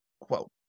Quote